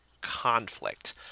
conflict